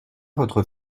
votre